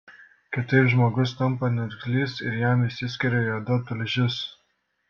kitaip žmogus tampa niurgzlys ir jam išsiskiria juoda tulžis